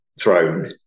throne